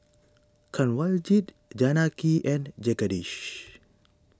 Kanwaljit Janaki and Jagadish